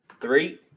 Three